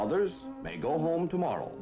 others may go home tomorrow